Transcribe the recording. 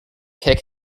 kick